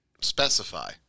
Specify